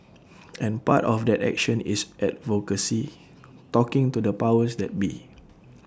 and part of that action is advocacy talking to the powers that be